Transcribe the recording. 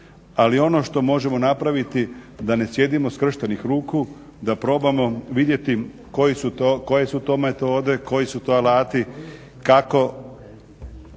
Ali ono što možemo napraviti da ne sjedimo skrštenih ruku, da probamo vidjeti koje su to metode, koji su to alati, kako